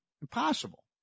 Impossible